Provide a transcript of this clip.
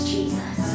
Jesus